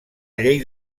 llei